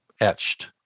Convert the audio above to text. etched